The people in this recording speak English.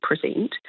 present